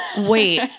wait